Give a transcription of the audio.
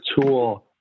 tool